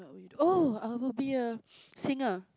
oh I will be a singer